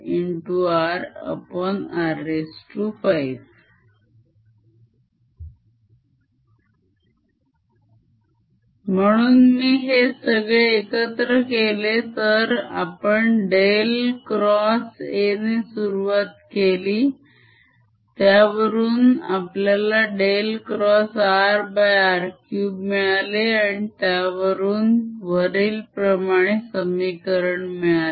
rrr5 म्हणून मी हे सगळे एकत्र केले तर आपण डेल xA ने सुरुवात केली त्यावरून आपल्याला डेल x rr3 मिळाले आणि त्यावरून वरीलप्रमाणे समीकरण मिळाले